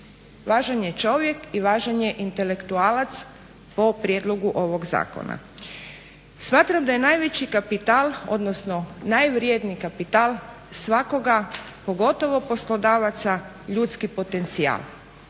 Važan je čovjek i važan je intelektualac po prijedlogu ovog zakona. Smatram da je najveći kapital odnosno najvredniji kapital svakoga pogotovo poslodavaca ljudski potencijal.